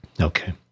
okay